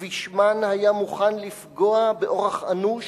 ובשמן היה מוכן לפגוע באורח אנוש,